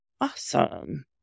Awesome